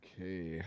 Okay